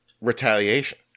retaliation